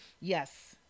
Yes